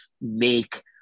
make